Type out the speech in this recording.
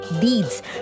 deeds